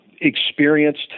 Experienced